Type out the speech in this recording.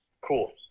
cool